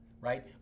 right